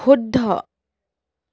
শুদ্ধ